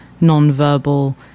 non-verbal